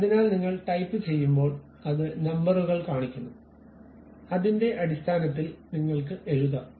അതിനാൽ നിങ്ങൾ ടൈപ്പുചെയ്യുമ്പോൾ അത് നമ്പറുകൾ കാണിക്കുന്നു അതിന്റെ അടിസ്ഥാനത്തിൽ നിങ്ങൾക്ക് എഴുതാം